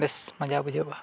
ᱵᱮᱥ ᱢᱚᱡᱟ ᱵᱩᱡᱷᱟᱹᱜᱼᱟ